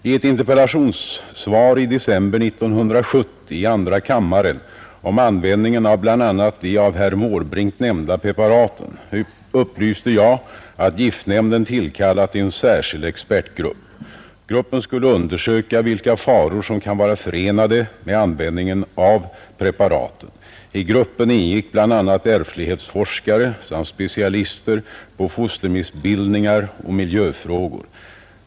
I ett interpellationssvar i december 1970 i andra kammaren om användningen av bl.a. de av herr Måbrink nämnda preparaten upplyste jag att giftnämnden tillkallat en särskild expertgrupp. Gruppen skulle undersöka vilka faror som kan vara förenade med användningen av preparaten. I gruppen ingick bl.a. ärftlighetsforskare samt specialister på fostermissbildningar och miljöfrågor.